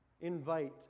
invite